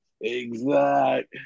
exact